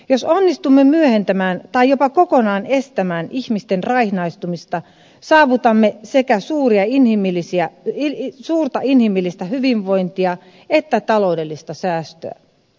jos onnistumme myöhentämään tai jopa kokonaan estämään ihmisten raihnaantumista saavutamme sekä suurta inhimillistä hyvinvointia että taloudellista säästöä